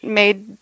made